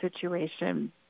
situation